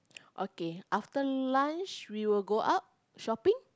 okay after lunch we will go out shopping